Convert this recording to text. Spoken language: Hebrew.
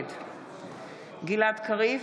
נגד גלעד קריב,